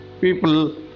people